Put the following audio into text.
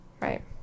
Right